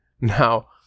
Now